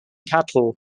cattle